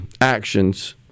actions